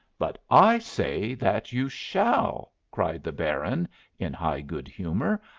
but i say that you shall! cried the baron in high good-humour.